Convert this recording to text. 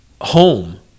home